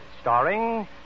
starring